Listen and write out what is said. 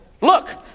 look